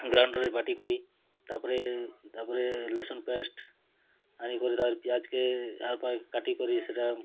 ଗ୍ରାଇଣ୍ଡର୍ରେ ବାଟିକରି ତା'ପ୍ରେ ତା'ପ୍ରେ ଲେସୁନ୍ ପେଷ୍ଟ୍ ଆନି କରି ତା'ପ୍ରେ ପିଆଜ୍କେ ଆର୍ ପାର୍ କାଟିକରି ସେଟା